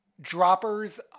droppers